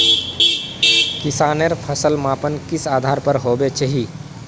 किसानेर फसल मापन किस आधार पर होबे चही?